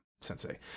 Sensei